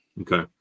okay